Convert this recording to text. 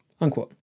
Unquote